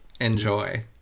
Enjoy